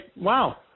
wow